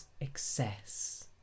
excess